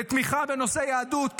לתמיכה בנושאי יהדות,